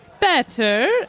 better